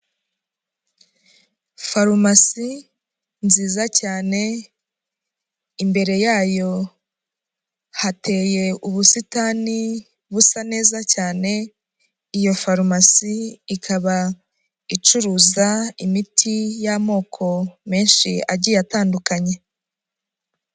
Farumasi nziza cyane, imbere yayo hateye ubusitani busa neza cyane, iyo farumasi ikaba icuruza imiti y'amoko menshi agiye atandukanye.